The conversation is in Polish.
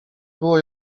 było